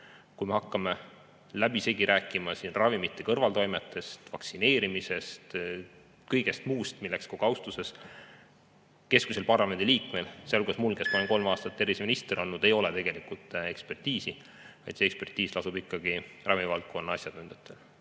kui me hakkame läbisegi rääkima ravimite kõrvaltoimetest, vaktsineerimisest ja kõigest muust, milleks – kogu austuse juures – keskmisel parlamendiliikmel, sealhulgas mul, kes ma olen kolm aastat terviseminister olnud, ei ole tegelikult ekspertiisi. See ekspertiis lasub ikkagi ravivaldkonna asjatundjatel.